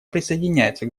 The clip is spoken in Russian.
присоединяется